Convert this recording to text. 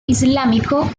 islámico